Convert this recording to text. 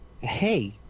Hey